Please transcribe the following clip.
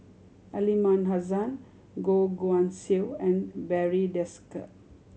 Aliman Hassan Goh Guan Siew and Barry Desker